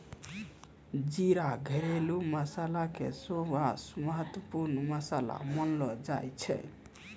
जीरा घरेलू मसाला के सबसॅ महत्वपूर्ण मसाला मानलो जाय छै